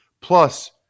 Plus